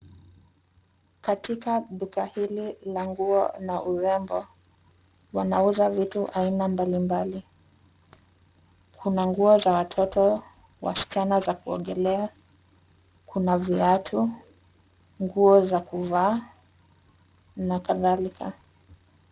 Katika duka hili la nguo na urembo, wanauza vitu aina mbalimbali. Kuna nguo za watoto wasichana za kuogelea, kuna viatu, nguo za kuvaa na kadhalika.